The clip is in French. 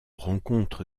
rencontre